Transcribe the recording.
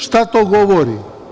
Šta to govori?